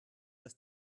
das